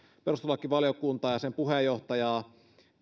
perustuslakivaliokuntaa ja sen puheenjohtajaa